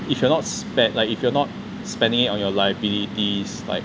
if you are not spared like if you're not spending on your liabilities like